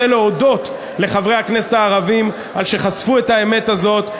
במידה רבה אני רוצה להודות לחברי הכנסת הערבים על שחשפו את האמת הזאת,